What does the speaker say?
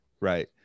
right